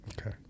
Okay